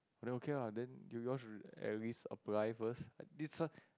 then okay ah then you you'll should at least apply first it's a